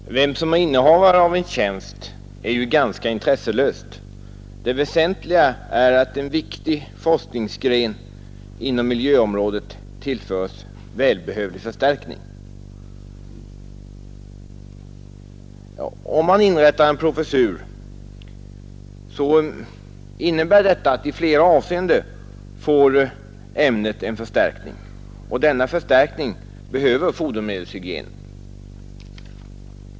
Fru talman! Vem som är innehavare av en tjänst är ganska intresselöst. Det väsentliga är att en viktig forskningsgren inom miljöområdet tillförs välbehövlig förstärkning. Om man inrättar en professur så innebär detta att ämnet i flera avseenden får en förstärkning. Denna förstärkning behöver fodermedelshygienen.